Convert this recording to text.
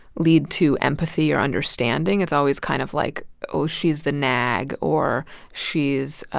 lead to empathy or understanding. it's always kind of like, oh, she's the nag, or she's